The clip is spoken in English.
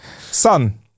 Son